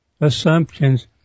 assumptions